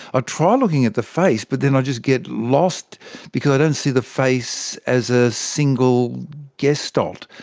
ah try looking at the face but then i just get lost because i don't see the face as a single gestalt.